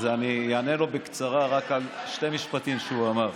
אז אני אענה לו בקצרה רק על שני משפטים שהוא אמר.